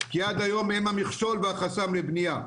כי עד היום הם המכשול והחסם לבנייה.